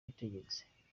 yategetse